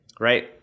Right